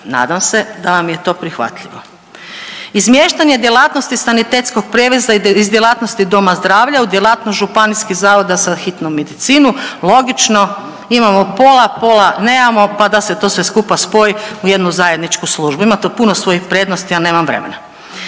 Nadam se da vam je to prihvatljivo. Izmještanje djelatnosti sanitetskog prijevoza iz djelatnosti doma zdravlja u djelatnost županijskih zavoda za hitnu medicinu, logično imamo pola, pola, nemamo pa da se sve to skupa spoji u jednu zajedničku službu. Ima tu puno svojih prednosti, a nemam vremena.